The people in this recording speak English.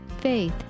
faith